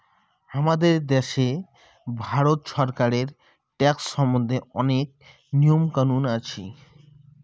হামাদের দ্যাশে ভারত ছরকারের ট্যাক্স সম্বন্ধে অনেক নিয়ম কানুন আছি